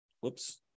whoops